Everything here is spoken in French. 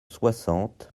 soixante